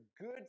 good